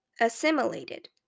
assimilated